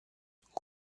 quello